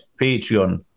patreon